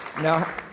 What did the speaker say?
Now